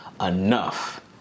enough